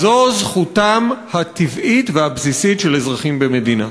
זו זכותם הטבעית והבסיסית של אזרחים במדינה.